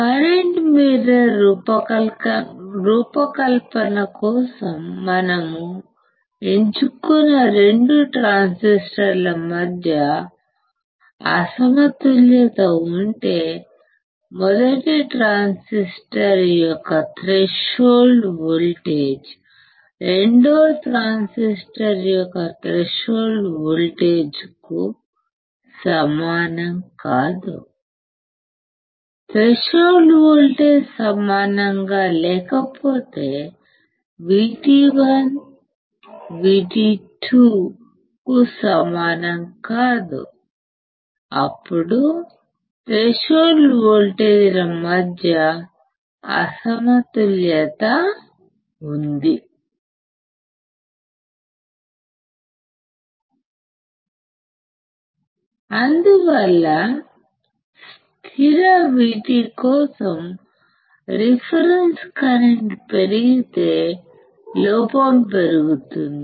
current mirror రూపకల్పన కోసం మనం ఎంచుకున్న రెండు ట్రాన్సిస్టర్ల మధ్య అసమతుల్యత ఉంటే మొదటి ట్రాన్సిస్టర్ యొక్క థ్రెషోల్డ్ వోల్టేజ్ రెండవ ట్రాన్సిస్టర్ యొక్క థ్రెషోల్డ్ వోల్టేజ్కు సమానం కాదు థ్రెషోల్డ్ వోల్టేజ్ సమానంగా లేకపోతే VT1 VT2 కు సమానం కాదుఅప్పుడు థ్రెషోల్డ్ వోల్టేజ్ల మధ్య అసమతుల్యత ఉంది అందువల్ల స్థిర VT కోసం రిఫరెన్స్ కరెంట్ పెరిగితే లోపం పెరుగుతుంది